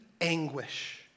anguish